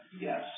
Yes